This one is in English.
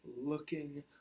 looking